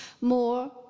more